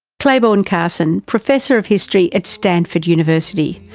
clayborne carson, professor of history at stanford university.